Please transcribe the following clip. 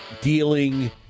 dealing